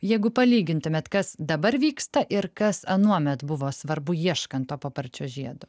jeigu palygintumėt kas dabar vyksta ir kas anuomet buvo svarbu ieškant to paparčio žiedo